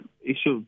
issues